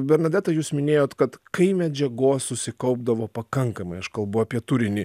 bernadeta jūs minėjot kad kai medžiagos susikaupdavo pakankamai aš kalbu apie turinį